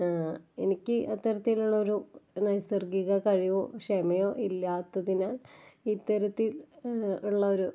എനിക്ക് അത്തരത്തിലുള്ളൊരു നൈസര്ഗിക കഴിവോ ക്ഷമയോ ഇല്ലാത്തതിനാല് ഇത്തരത്തില് ഉള്ള ഒരു